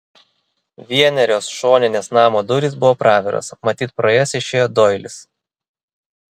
vienerios šoninės namo durys buvo praviros matyt pro jas išėjo doilis